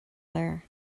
léir